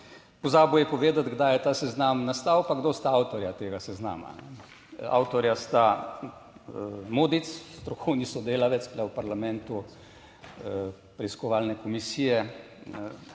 pozabil je povedati, kdaj je ta seznam nastal pa kdo sta avtorja tega seznama? Avtorja sta Modic, strokovni sodelavec tu v parlamentu preiskovalne komisije,